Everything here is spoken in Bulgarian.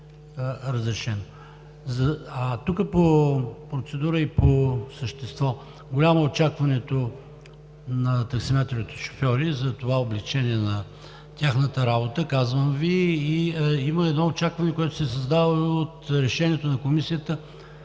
А по процедура и по същество – голямо е очакването на таксиметровите шофьори за това облекчение на тяхната работа, казвам Ви. Има едно очакване, което се създава от решението на Комисията